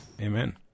Amen